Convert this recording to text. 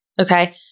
okay